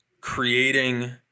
creating